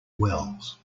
wells